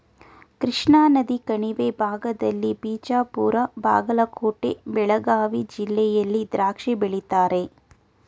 ಕೃಷ್ಣಾನದಿ ಕಣಿವೆ ಭಾಗದಲ್ಲಿ ಬಿಜಾಪುರ ಬಾಗಲಕೋಟೆ ಬೆಳಗಾವಿ ಜಿಲ್ಲೆಯಲ್ಲಿ ದ್ರಾಕ್ಷಿ ಬೆಳೀತಾರೆ